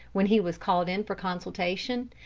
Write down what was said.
when he was called in for consultation.